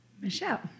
Michelle